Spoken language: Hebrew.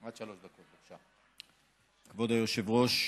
כבוד היושב-ראש,